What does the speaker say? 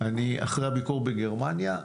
אני אחרי הביקור בגרמניה.